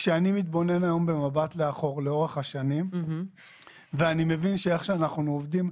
כשאני מתבונן לאחור לאורך השנים אני מבין שאיך שאנחנו עובדים,